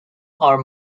are